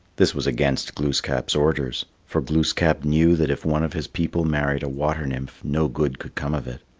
this was against glooskap's orders, for glooskap knew that if one of his people married a water-nymph no good could come of it.